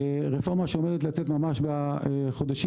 רפורמה שעומדת לצאת ממש בחודשים,